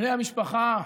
בני המשפחה,